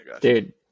Dude